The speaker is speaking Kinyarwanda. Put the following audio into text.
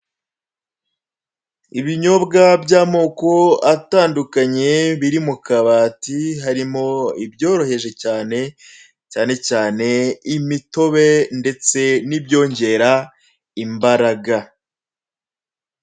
Ibinyobwa by'amako atandukanye biri mu kabati, harimo ibyoroheje cyane, cyane cyane imitobe ndetse n'ibyongera imbaraga.